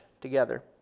together